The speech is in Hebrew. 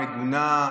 מגונה,